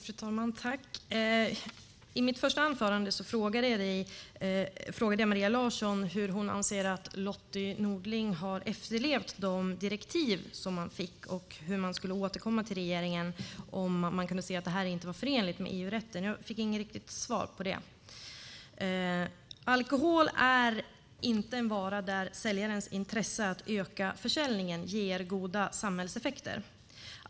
Fru talman! I mitt första anförande frågade jag Maria Larsson hur hon anser att Lotty Nordling har efterlevt de direktiv som hon fick och hur man skulle återkomma till regeringen om man kunde se att detta inte var förenligt med EU-rätten. Jag fick inget riktigt svar på det. Alkohol är inte en vara där säljarens intresse av att öka försäljningen ger goda samhällseffekter.